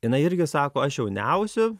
jinai irgi sako aš jau neausiu